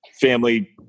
family –